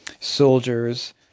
soldiers